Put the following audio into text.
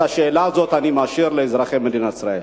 את השאלה הזאת אני משאיר לאזרחי מדינת ישראל.